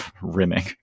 rimming